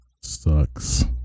sucks